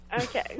Okay